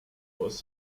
was